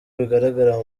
bigaragara